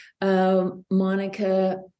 Monica